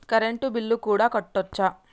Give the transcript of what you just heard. Current bill కూడా కట్టొచ్చా?